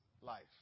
life